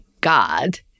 God